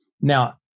Now